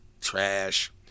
trash